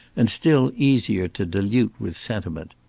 and still easier to dilute with sentiment.